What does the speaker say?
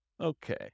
Okay